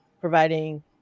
providing